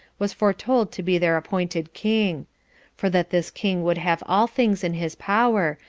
was foretold to be their appointed king for that this king would have all things in his power,